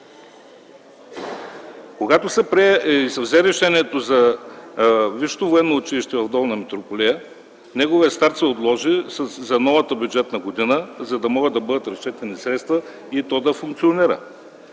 Когато се взе решението за Висшето военно училище в Долна Митрополия, неговият старт се отложи за новата бюджетна година, за да могат да бъдат разчетени средства и то да функционира.